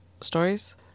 stories